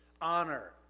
Honor